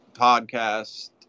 podcast